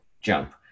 jump